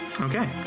Okay